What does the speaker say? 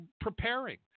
preparing